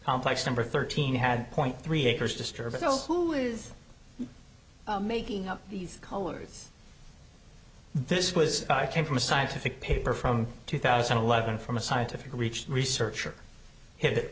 complex number thirteen had point three acres disturb you know who is making up these colors this was came from a scientific paper from two thousand and eleven from a scientific reached researcher hit